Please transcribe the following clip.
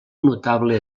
notable